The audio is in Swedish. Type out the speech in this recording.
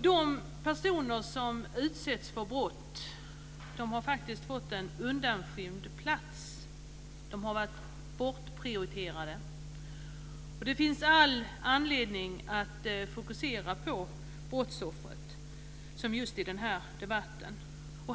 De personer som utsätts för brott har faktiskt fått en undanskymd plats, de har varit bortprioriterade. Det finns all anledning att fokusera på brottsoffret, som i den här debatten.